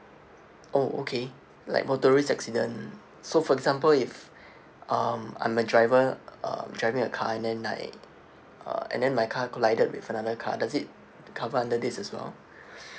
oh okay like motorist accident so for example if um I'm a driver um driving a car and then I uh and then my car collided with another car does it cover under this as well